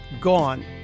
gone